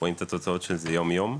רואים את התוצאות של זה יום יום.